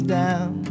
down